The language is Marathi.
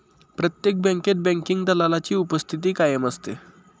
प्रत्येक बँकेत बँकिंग दलालाची उपस्थिती कायम असते